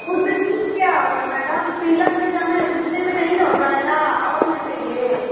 क्या हो गया मैडम तिलक में जाना है तो इतने में नहीं ना हो पाएगा और न चाहिए